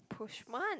push one